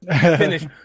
Finish